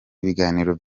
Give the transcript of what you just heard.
ibiganiro